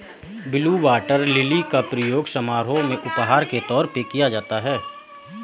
blue water lily का प्रयोग समारोह में उपहार के तौर पर किया जाता है